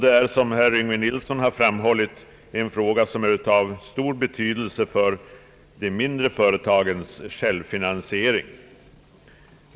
Detta är som herr Yngve Nilsson har framhållit en fråga av stor betydelse för de mindre företagens självfinansiering.